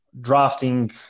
drafting